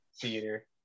theater